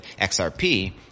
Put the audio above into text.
XRP